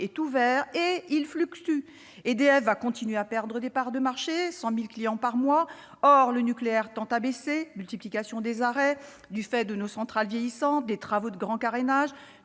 ouvert et fluctue. EDF continuera à perdre des parts de marché, en moyenne 100 000 clients par mois. Or le nucléaire historique tend à baisser : multiplication des arrêts du fait de centrales vieillissantes, travaux de grand carénage,